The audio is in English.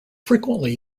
frequently